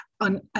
on